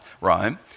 Rome